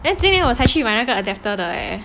then 今天我才去买了个 adapter 的 leh